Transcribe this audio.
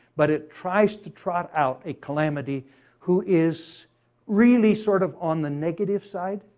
but it tries to trot out a calamity who is really, sort of, on the negative side,